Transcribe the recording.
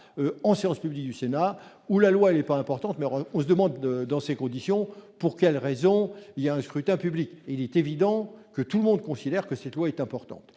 en séance publique du Sénat, où la loi est pas importante, mais on se demande dans ces conditions, pour quelles raisons il y a un scrutin public, il est évident que tout le monde considère que cette loi est importante